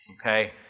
Okay